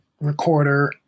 recorder